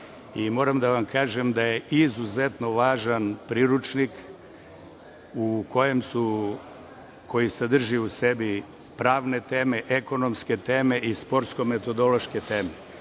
da vam kažem da je izuzetno važan priručnik koji sadrži u sebi pravne teme, ekonomske teme i sportsko metodološke teme.